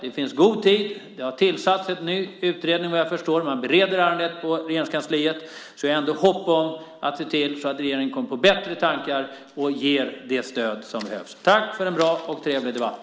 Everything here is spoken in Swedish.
Det finns gott om tid, det har tillsatts en ny utredning, vad jag förstår, och ärendet bereds på Regeringskansliet, så jag har ändå hopp om att regeringen kommer på bättre tankar och ger det stöd som behövs. Tack för en bra och trevlig debatt.